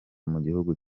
mugihugu